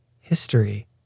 History